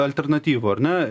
alternatyvų ar ne